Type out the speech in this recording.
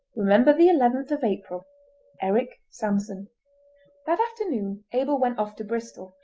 remember the eleventh of april eric sanson that afternoon abel went off to bristol,